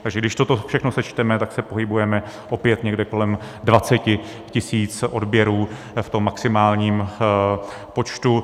Takže když toto všechno sečteme, tak se pohybujeme opět někde kolem 20 tisíc odběrů v tom maximálním počtu.